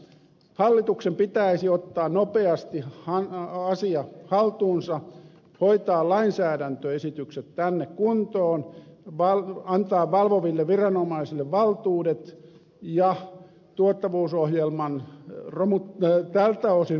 hallituksen pitäisi ottaa nopeasti asia haltuunsa hoitaa lainsäädäntöesitykset kuntoon antaa valvoville viranomaisille valtuudet ja myös resurssit mikä edellyttäisi tuottavuusohjelman romuttamista tältä osin